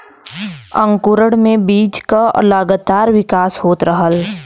अंकुरण में बीज क लगातार विकास होत रहला